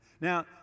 Now